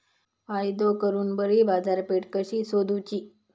फायदो करून बरी बाजारपेठ कशी सोदुची?